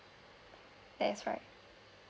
that is right